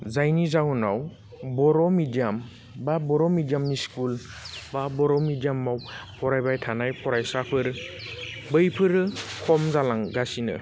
जायनि जाउनाव बर' मिडियाम बा बर' मिडियामनि स्कुल बा बर' मिडियामआव फरायबाय थानाय फरायसाफोर बैफोरो खम जालांगासिनो